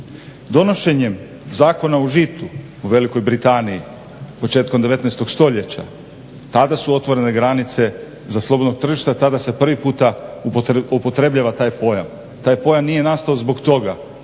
Donošenjem Zakona o žitu u Velikoj Britaniji početkom 19.stoljeća tada su otvorene granice slobodnog tržišta, tada se prvi puta upotrebljava taj pojam. Taj pojam nije nastao zbog toga